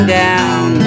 down